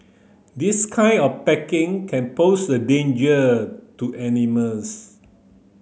this kind of packaging can pose a danger to animals